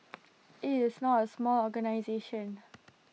IT is not A small organisation